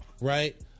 right